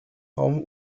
raum